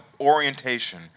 orientation